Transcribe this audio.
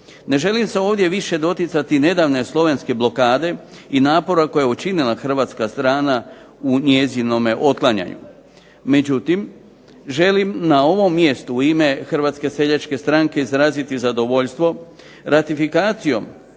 Ne želim se ovdje više doticati nedavne slovenske blokade i napora koje je učinila hrvatska strana u njezinome otklanjanju. Međutim, želim na ovom mjestu u ime Hrvatske seljačke stranke izraziti zadovoljstvo ratifikacijom